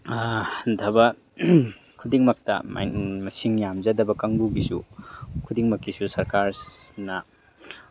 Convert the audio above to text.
ꯍꯟꯊꯕ ꯈꯨꯗꯤꯡꯃꯛꯇ ꯃꯁꯤꯡ ꯌꯥꯝꯖꯗꯕ ꯀꯥꯡꯕꯨꯒꯤꯁꯨ ꯈꯨꯗꯤꯡꯃꯛꯀꯤꯁꯨ ꯁꯔꯀꯥꯔꯅ